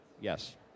Yes